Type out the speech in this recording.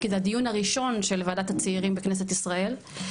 כי זה הדיון הראשון של ועדת הצעירים בכנסת ישראל,